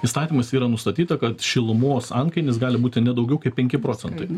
įstatymais yra nustatyta kad šilumos antkainis gali būti ne daugiau kaip penki procentai